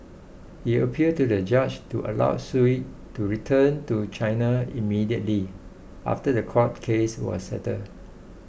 he appealed to the judge to allow Sue to return to China immediately after the court case was settled